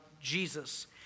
Jesus